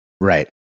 Right